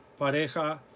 pareja